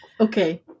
Okay